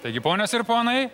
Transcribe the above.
taigi ponios ir ponai